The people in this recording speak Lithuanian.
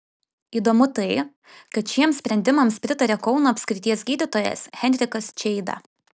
įdomu tai kad šiems sprendimams pritaria kauno apskrities gydytojas henrikas čeida